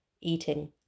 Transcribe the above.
eating